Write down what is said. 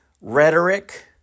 rhetoric